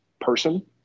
person